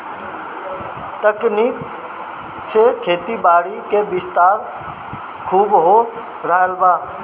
तकनीक से खेतीबारी क विस्तार खूब हो रहल बा